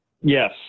Yes